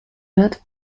wird